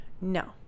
No